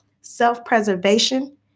Self-preservation